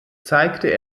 zeigte